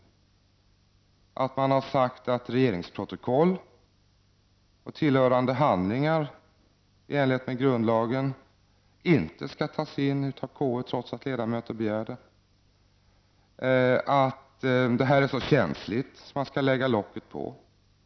Man har alltså sagt att regeringsprotokoll och tillhörande handlingar i enlighet med grundlagen inte skall tas in av KU, trots att ledamöter har begärt det, och att det här är så känsligt att locket skall läggas på.